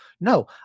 No